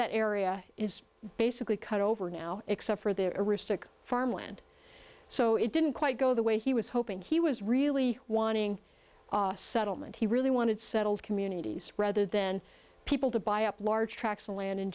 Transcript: that area is basically cut over now except for the aristocrat farmland so it didn't quite go the way he was hoping he was really wanting settlement he really wanted settled communities rather than people to buy up large tracts of land and